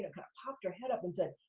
ah kind of popped her head up and said,